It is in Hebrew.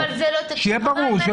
שיהיה ברור,